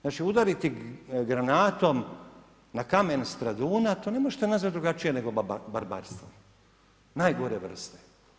Znači udariti granatom na kamen Straduna to ne možete nazvati drugačije nego barbarstvo, najgore vrste.